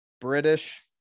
British